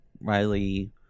riley